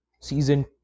season